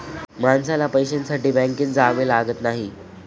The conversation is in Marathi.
माणसाला पैशासाठी बँकेत जावे लागत नाही